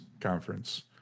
conference